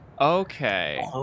Okay